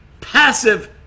passive